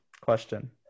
question